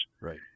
Right